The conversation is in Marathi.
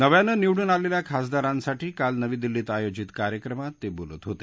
नव्यानं निवडून आलेल्या खासदारांसाठी काल नवी दिल्लीत आयोजित कार्यक्रमात ते बोलत होते